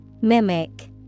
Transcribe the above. Mimic